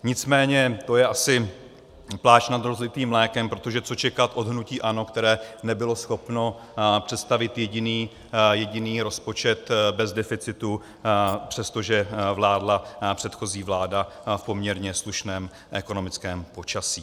Nicméně to je asi pláč nad rozlitým mlékem, protože co čekat od hnutí ANO, které nebylo schopno představit jediný rozpočet bez deficitu, přestože vládla předchozí vláda v poměrně slušném ekonomickém počasí.